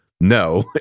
no